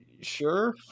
sure